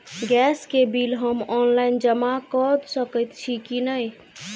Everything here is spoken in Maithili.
गैस केँ बिल हम ऑनलाइन जमा कऽ सकैत छी की नै?